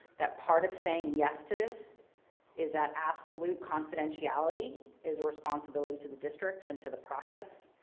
that part of saying yes to this is that absolute confidentiality is a responsibility to the district and to the process,